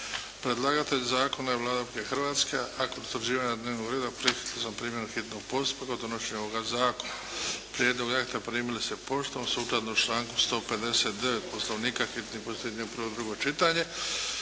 Predlagatelj zakona je Vlada Republike Hrvatske, a kod utvrđivanja dnevnog reda prihvatio sam prijedlog o hitnom postupku o donošenju ovoga zakona. Prijedloge akta primili ste poštom, sukladno članku 159. Poslovnika hitnog postupka, prvo i drugo čitanje.